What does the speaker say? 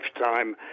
lifetime